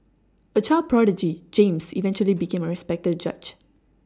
a child prodigy James eventually became a respected judge